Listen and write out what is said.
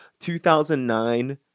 2009